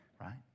right